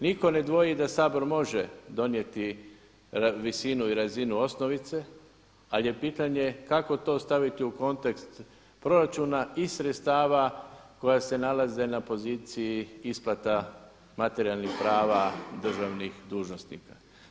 Nitko ne dvoji da Sabor može donijeti visinu i razinu osnovice, ali je pitanje kako to staviti u kontekst proračuna i sredstva koja se nalaze na poziciji isplata materijalnih prava državnih dužnosnika.